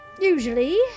usually